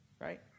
right